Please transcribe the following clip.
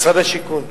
משרד השיכון.